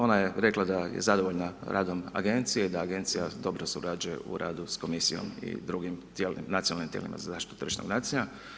Ona je rekla da je zadovoljna radom agencija, da agencija dobro surađuje u radu sa komisijom i drugim nacionalnim tijelima za zaštitu tržišnog natjecanja.